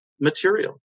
material